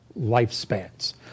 lifespans